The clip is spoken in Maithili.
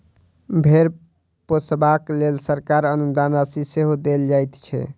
भेंड़ पोसबाक लेल सरकार अनुदान राशि सेहो देल जाइत छै